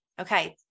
Okay